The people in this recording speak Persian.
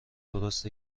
درست